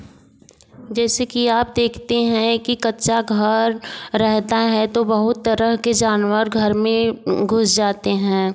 जैसे कि आप देखते हैं कि कच्चा घर रहता है तो बहुत तरह के जानवर घर में घुस जाते हैं